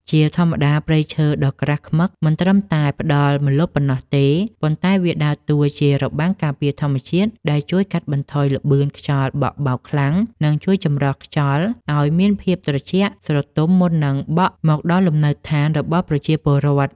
ជាធម្មតា ព្រៃឈើដ៏ក្រាស់ឃ្មឹកមិនត្រឹមតែផ្ដល់ម្លប់ប៉ុណ្ណោះទេ ប៉ុន្តែវាដើរតួជា របាំងការពារធម្មជាតិ ដែលជួយកាត់បន្ថយល្បឿនខ្យល់បក់បោកខ្លាំង និងជួយចម្រោះខ្យល់ឱ្យមានភាពត្រជាក់ស្រទុំមុននឹងបក់មកដល់លំនៅឋានរបស់ប្រជាពលរដ្ឋ។